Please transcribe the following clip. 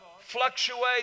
fluctuate